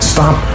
Stop